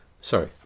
Sorry